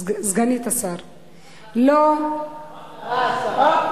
סגנית השר, שרה.